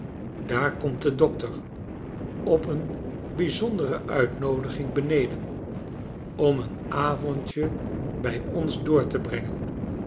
daar komt de dokter op een bijzondereuitnoodiging beneden om een avondje bij ons doortebrengen en